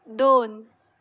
दोन